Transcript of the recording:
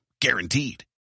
guaranteed